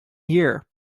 year